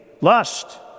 lust